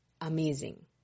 amazing